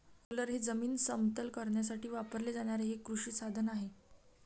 roller हे जमीन समतल करण्यासाठी वापरले जाणारे एक कृषी साधन आहे